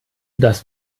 das